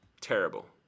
terrible